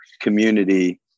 community